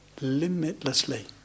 limitlessly